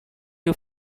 you